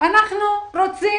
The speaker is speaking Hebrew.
אנחנו רוצים